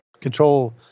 control